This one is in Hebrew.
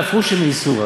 לאפרושי מאיסורא.